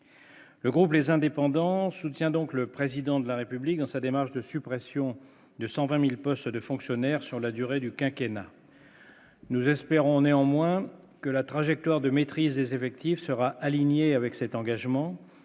Le groupe, les indépendants soutient donc le président de la République dans sa démarche de suppression de 120000 postes de fonctionnaires sur la durée du quinquennat. Nous espérons néanmoins que la trajectoire de maîtrise des effectifs sera alignée avec cet engagement,